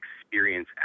experience